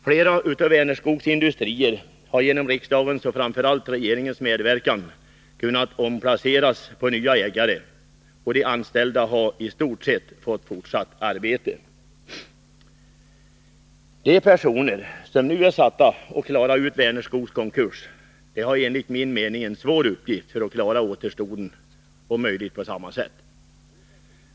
Flera av Vänerskogs industrier har genom riksdagens och framför allt regeringens medverkan kunnat omplaceras på nya ägare, och de anställda har i stort sett fått fortsatt arbete. De personer som nu är satta att klara ut Vänerskogs konkurs har enligt min mening en svår uppgift när de om möjligt skall klara återstoden på samma sätt.